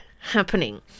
happening